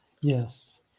Yes